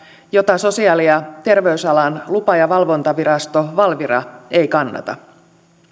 jota sosiaali ja terveysalan lupa ja valvontavirasto valvira ei kannata